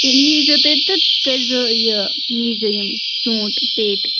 تیٚلہِ یی زیٚو تُہۍ تہٕ کٔرِزیٚو یہِ نی زیٚو یِم ژوٗنٛٹھۍ پٮ۪ٹہِ